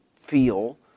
feel